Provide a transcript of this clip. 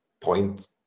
Point